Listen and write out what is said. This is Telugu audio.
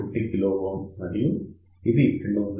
1 kΩ మరియు ఇది 200 Ω